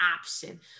option